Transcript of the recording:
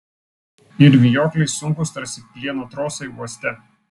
ir vijokliai sunkūs tarsi plieno trosai uoste